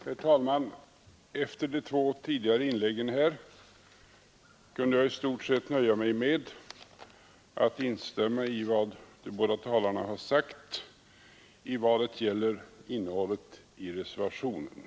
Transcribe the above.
Herr talman! Efter de två tidigare inläggen här kunde jag i stort sett ha nöjt mig med att instämma i vad de båda talarna sagt i vad gäller innehållet i reservationen.